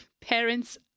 parents